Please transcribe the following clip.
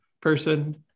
person